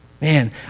Man